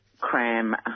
cram